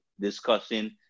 discussing